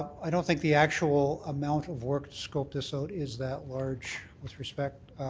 i don't think the actual amount of work to scope this out is that large, with respect.